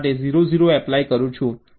તેથી હવે A0 પસંદ કરવામાં આવે છે